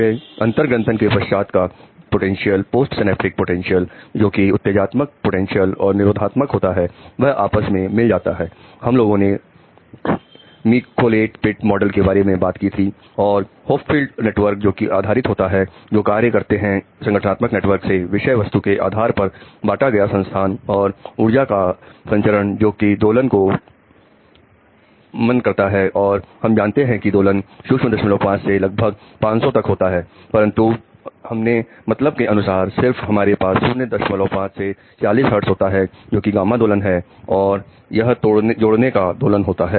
फिर अंतर ग्रंथन के पश्चात का पोटेंशियल नेटवर्क जोकि आधारित होते हैं जो कार्य करते हैं संगठनात्मक नेटवर्क से विषय वस्तु के आधार पर बाटा गया संस्थान और ऊर्जा का संचरण जोकि दोलन को मन करता है और हम जानते हैं कि दोलन 05 से लगभग 500 तक होता है परंतु हमारे मतलब के अनुसार सिर्फ हमारे पास 05 से 40 हर्टज होता है जो कि गामा दोलन है और यह जोड़ने का दोलन होता है